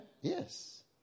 Yes